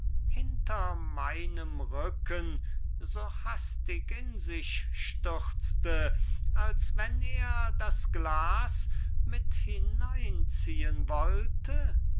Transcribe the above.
hinter meinem rücken so hastig in sich schlürfte als wenn er das glas mit hineinziehen wollte